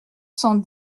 cent